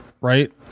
right